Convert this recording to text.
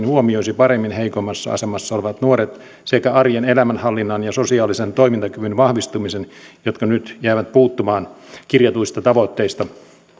huomioisi paremmin heikommassa asemassa olevat nuoret sekä arjen elämänhallinnan ja sosiaalisen toimintakyvyn vahvistumisen jotka nyt jäävät puuttumaan kirjatuista tavoitteista